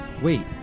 Wait